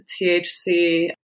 THC